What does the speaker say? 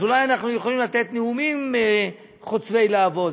אז אולי אנחנו יכולים לשאת נאומים חוצבי להבות,